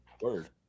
word